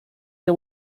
era